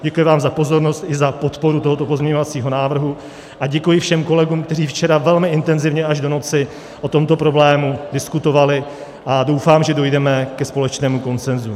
Děkuji vám za pozornost i za podporu tohoto pozměňovacího návrhu a děkuji všem kolegům, kteří včera velmi intenzivně až do noci o tomto problému diskutovali, a doufám, že dojdeme ke společnému konsenzu.